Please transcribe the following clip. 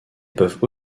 peuvent